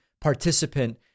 participant